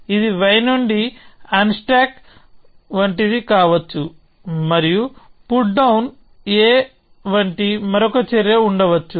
ఇది Y నుండి unstack వంటిది కావచ్చు మరియు పుట్ డౌన్ a వంటి మరొక చర్య ఉండవచ్చు